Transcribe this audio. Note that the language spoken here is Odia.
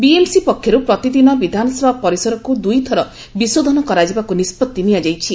ବିଏମ୍ସି ପକ୍ଷରୁ ପ୍ରତିଦିନ ବିଧାନସଭା ପରିସରକୁ ଦୁଇଥର ବିଶୋଧନ କରାଯିବାକୁ ନିଷ୍ବଭି ନିଆଯାଇଛି